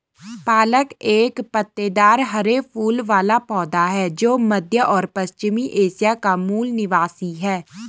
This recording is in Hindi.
पालक एक पत्तेदार हरे फूल वाला पौधा है जो मध्य और पश्चिमी एशिया का मूल निवासी है